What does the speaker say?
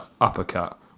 uppercut